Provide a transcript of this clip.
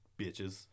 bitches